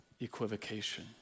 equivocation